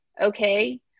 okay